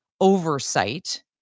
oversight